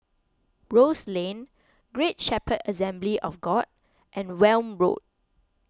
Rose Lane Great Shepherd Assembly of God and Welm Road